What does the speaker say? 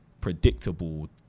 predictable